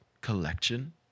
collection